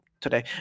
today